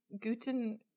Guten